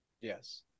Yes